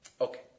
Okay